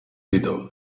little